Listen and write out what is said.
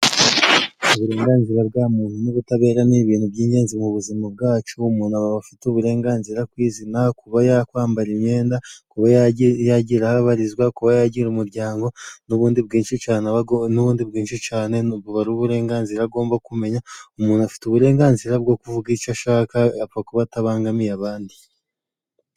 Uburenganzira bwa muntu n'ubutabera ni ibintu by'ingenzi mu buzima bwacu. umuntu aba afite uburenganzira ku izina, kuba yakwambara imyenda, kuba ya yagira aho abarizwa, kuba yagira umuryango, n'ubundi bwinshi cyane aba n'ubundi bwinshi cyane buba ari uburenganzira agomba kumenya. Umuntu afite uburenganzira bwo kuvuga icyo ashaka apfa kuba atabangamiye abandi.